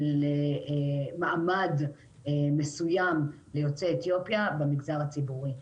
מעמד מסוים ליוצאי אתיופיה במגזר הציבורי,